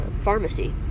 pharmacy